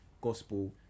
gospel